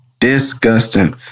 Disgusting